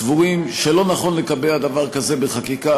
סבורים שלא נכון לקבע דבר כזה בחקיקה.